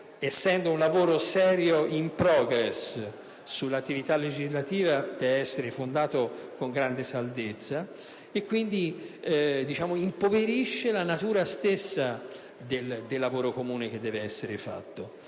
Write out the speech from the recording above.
essendo un lavoro serio, *in progress*, sull'attività legislativa deve essere fondato su una grande saldezza, e quindi impoverisce la natura stessa del lavoro che deve essere svolto.